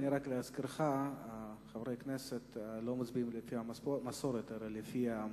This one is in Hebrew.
רק להזכירך שחברי הכנסת לא מצביעים לפי המסורת אלא לפי מצפונם.